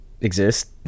Exist